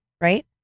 right